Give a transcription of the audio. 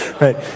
right